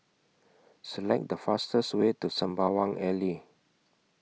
Select The fastest Way to Sembawang Alley